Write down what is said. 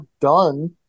done